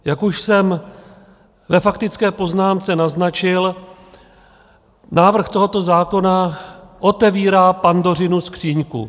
Jak už jsem ve faktické poznámce naznačil, návrh tohoto zákona otevírá Pandořinu skříňku.